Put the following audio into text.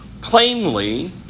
plainly